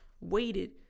waited